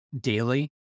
daily